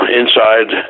inside